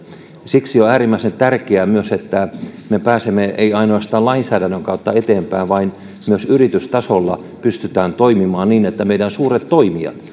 siksi on äärimmäisen tärkeää myös että me emme pääse ainoastaan lainsäädännön kautta eteenpäin vaan myös yritystasolla pystytään toimimaan niin että meidän suuret toimijat